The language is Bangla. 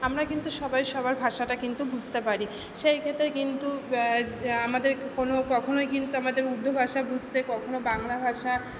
আমরা কিন্তু সবাই সবার ভাষাটা কিন্তু বুঝতে পারি সেই ক্ষেত্রে কিন্তু আমাদের কোনো কখনোই কিন্তু আমাদের উর্দু ভাষা বুঝতে কখনো বাংলা ভাষা